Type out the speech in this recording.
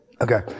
Okay